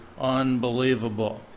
unbelievable